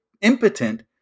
impotent